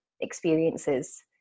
experiences